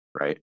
right